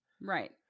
Right